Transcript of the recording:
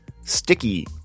sticky